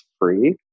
free